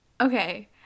Okay